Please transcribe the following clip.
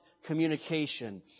communication